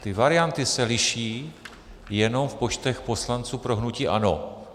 Ty varianty se liší jenom v počtech poslanců pro hnutí ANO.